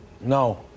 no